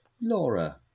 Laura